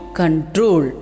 control